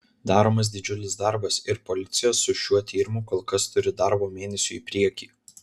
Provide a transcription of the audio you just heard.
daromas didžiulis darbas ir policija su šiuo tyrimu kol kas turi darbo mėnesiui į priekį